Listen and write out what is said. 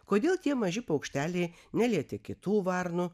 kodėl tie maži paukšteliai nelietė kitų varnų